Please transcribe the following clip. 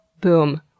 boom